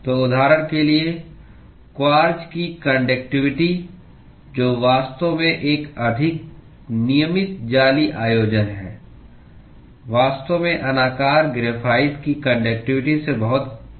तो उदाहरण के लिए क्वार्ट्ज की कान्डक्टिवटी जो वास्तव में एक अधिक नियमित जाली आयोजन है वास्तव में अनाकार ग्रेफाइट की कान्डक्टिवटी से बहुत अधिक है